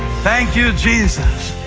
thank you, jesus.